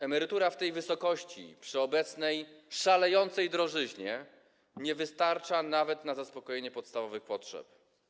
Emerytura w tej wysokości przy obecnej szalejącej drożyźnie nie wystarcza nawet na zaspokojenie podstawowych potrzeb.